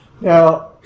Now